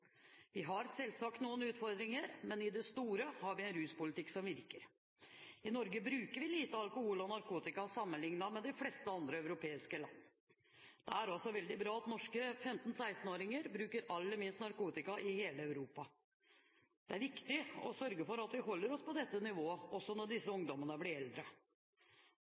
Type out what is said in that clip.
Vi har selvsagt noen utfordringer, men i det store og hele har vi en ruspolitikk som virker. I Norge bruker vi lite alkohol og narkotika sammenlignet med de fleste andre europeiske land. Det er også veldig bra at norske 15–16-åringer er blant dem som bruker aller minst narkotika i hele Europa. Det er viktig å sørge for at vi holder oss på dette nivået, også når disse ungdommene blir eldre.